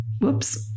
Whoops